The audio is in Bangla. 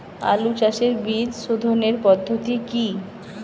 আলু চাষের বীজ সোধনের পদ্ধতি কি?